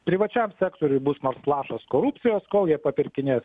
privačiam sektoriuj bus nors lašas korupcijos kol jie papirkinės